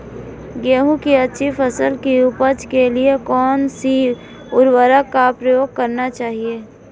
गेहूँ की अच्छी फसल की उपज के लिए कौनसी उर्वरक का प्रयोग करना चाहिए?